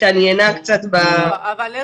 והתעניינה קצת ב --- לא,